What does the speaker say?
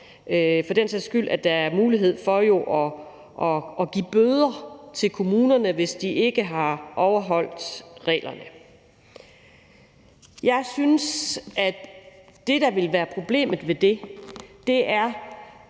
for den sags skyld være mulighed for at give bøder til kommunerne, hvis ikke de har overholdt reglerne. Jeg synes, at det ville være et problem, hvis man som